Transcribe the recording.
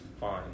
fine